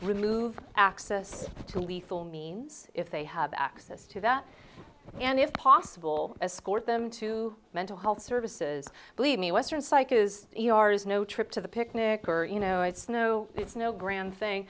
remove access to lethal means if they have access to that and if possible escort them to mental health services believe me western psych is yours no trip to the picnic or you know it's no it's no grand